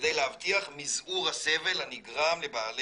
'כדי להבטיח מזעור הסבל הנגרם לבעל